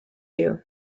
you